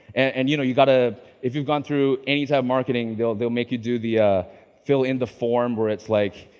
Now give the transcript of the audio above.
and you know, you've got to if you've gone through any type of marketing, they'll they'll make you do the ah fill in the form where it's like,